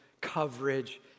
coverage